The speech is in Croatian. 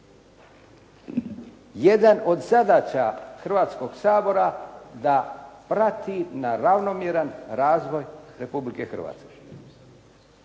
Jedna od zadaća Hrvatskog sabora da prati na ravnomjeran razvoj Republike Hrvatske,